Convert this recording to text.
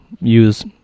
use